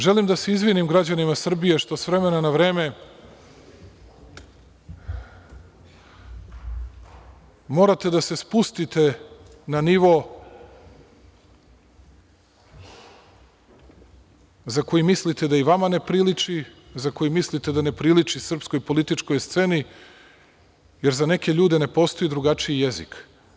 Želim da se izvinim građanima Srbije što s vremena na vreme morate da se spustite na nivo za koji mislite da i vama ne priliči, za koji mislite da ne priliči srpskoj političkoj sceni, jer za neke ljude ne postoji drugačiji jezik.